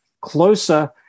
closer